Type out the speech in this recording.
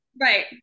Right